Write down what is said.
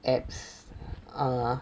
apps ah